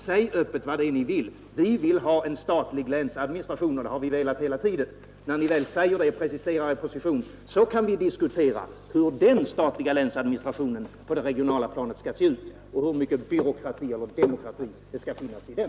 Säg öppet vad det är ni vill: ”Vi vill ha en statlig länsadministration, och det har vi velat hela tiden.” När ni väl säger det och preciserar er position så kan vi diskutera hur den statliga länsadministrationen på det regionala planet skall se ut och hur mycket byråkrati eller demokrati det skall finnas i den.